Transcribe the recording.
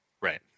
Right